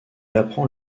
apprend